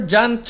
John